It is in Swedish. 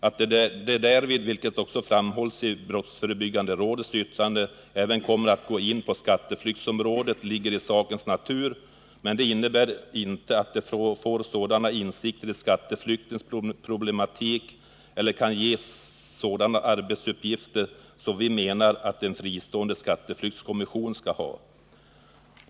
Att de därvid — vilket också framhålls i brottsförebyggande rådets yttrande — även kommer att gå in på skatteflyktsområdet ligger i sakens natur, men det innebär inte att de får sådana insikter i skatteflyktens problematik eller kan ges sådana arbetsuppgifter som vi menar att en fristående skatteflyktskommission skall ha.